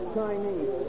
Chinese